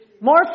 more